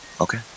okay